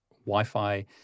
Wi-Fi